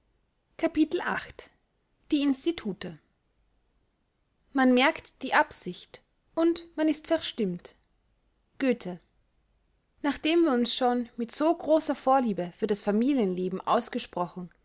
die institute man merkt die absicht und man ist verstimmt göthe nachdem wir uns schon mit so großer vorliebe für das familienleben ausgesprochen